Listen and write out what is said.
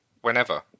whenever